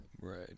right